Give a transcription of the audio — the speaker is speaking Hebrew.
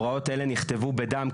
ההוראות האלה נכתבו בדם,